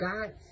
god